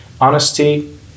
Honesty